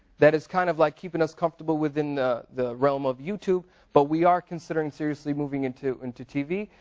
that is kind of like keeping us comfortable within the the realm of youtube but we are considering seriously moving into into tv.